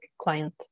client